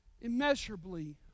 immeasurably